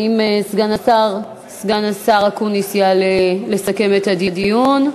האם סגן השר אקוניס יעלה לסכם את הדיון?